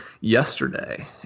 yesterday